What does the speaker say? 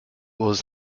was